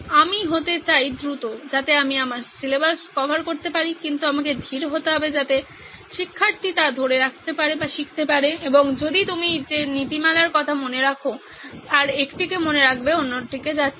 আমি হতে চাই দ্রুত যাতে আমি আমার সিলেবাস কভার করতে পারি কিন্তু আমাকে ধীর হতে হবে যাতে শিক্ষার্থী তা ধরে রাখে এবং যদি আপনি যে নীতিমালার কথা মনে রাখেন তার একটিকে মনে রাখবেন অন্যদিকে যাচ্ছিল